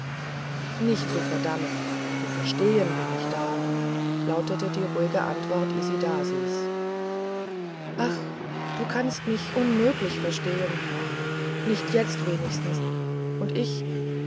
nicht zu verdammen zu verstehen bin ich da lautete die ruhige antwort isidasis ach du kannst mich unmöglich verstehen nicht jetzt wenigstens und ich